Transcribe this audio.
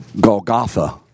Golgotha